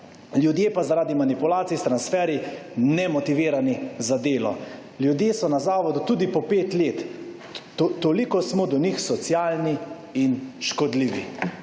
Ljudje pa zaradi manipulacij s transferji nemotivirani za delo. Ljudje so na zavodu tudi po pet let. Toliko smo do njih socialni in škodljivi.